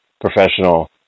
professional